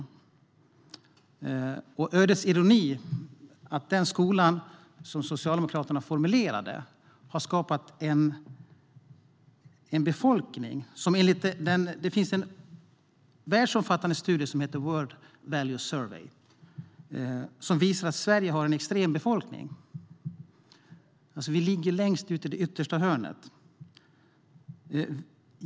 Det är ödets ironi att den skola som Socialdemokraterna formulerade har skapat en svensk befolkning som enligt den världsomfattande studien World Values Survey är extrem. Vi ligger längst ute i det yttersta hörnet.